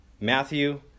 Matthew